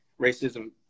racism